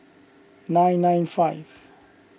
nine nine five